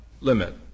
limit